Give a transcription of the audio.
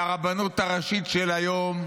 והרבנות הראשית של היום,